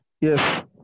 Yes